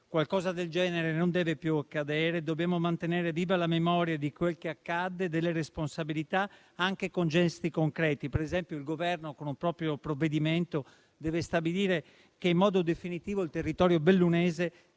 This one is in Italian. Qualcosa del genere non deve più accadere. Dobbiamo mantenere viva la memoria di quel che accadde e delle responsabilità, anche con gesti concreti. Per esempio, il Governo con un proprio provvedimento deve stabilire che in modo definitivo il territorio bellunese